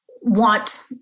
want